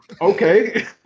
okay